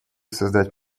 создать